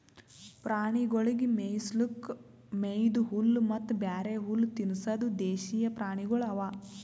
ಪ್ರಾಣಿಗೊಳಿಗ್ ಮೇಯಿಸ್ಲುಕ್ ವೈದು ಹುಲ್ಲ ಮತ್ತ ಬ್ಯಾರೆ ಹುಲ್ಲ ತಿನುಸದ್ ದೇಶೀಯ ಪ್ರಾಣಿಗೊಳ್ ಅವಾ